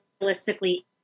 realistically